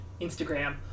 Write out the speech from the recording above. Instagram